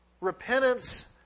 Repentance